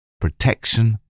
protection